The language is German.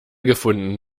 gefunden